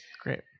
great